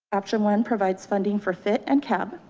option one provides funding for fit and cab.